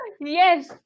Yes